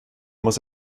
muss